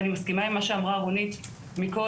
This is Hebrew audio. אני מסכימה עם מה שאמרה רונית קודם,